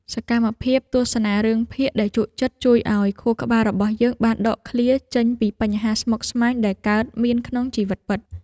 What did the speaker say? សកម្មភាពទស្សនារឿងភាគដែលជក់ចិត្តជួយឱ្យខួរក្បាលរបស់យើងបានដកឃ្លាចេញពីបញ្ហាស្មុគស្មាញដែលកើតមានក្នុងជីវិតពិត។